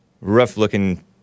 Rough-looking